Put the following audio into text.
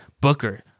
Booker